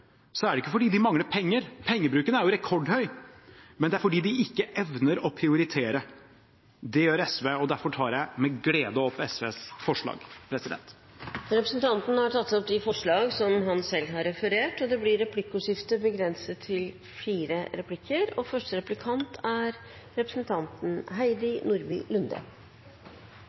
så lite som de gjør, er det ikke fordi de mangler penger – pengebruken er jo rekordhøy – men det er fordi de ikke evner å prioritere. Det gjør SV. Derfor tar jeg med glede opp SVs forslag. Representanten Snorre Serigstad Valen har tatt opp de forslagene han refererte til. Det blir replikkordskifte. Jeg tenkte jeg først skulle gratulere representanten